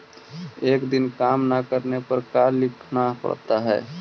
एक दिन काम न करने पर का लिखना पड़ता है?